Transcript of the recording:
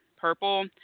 purple